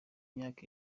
myaka